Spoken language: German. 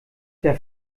der